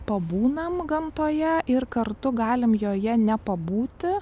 pabūnam gamtoje ir kartu galim joje nepabūti